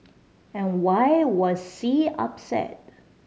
and why was C upset